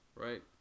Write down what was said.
Right